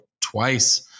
twice